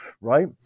right